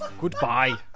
Goodbye